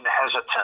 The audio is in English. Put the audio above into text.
hesitant